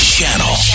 Channel